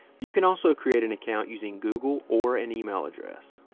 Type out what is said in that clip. you can also create an account using google or an email address